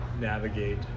navigate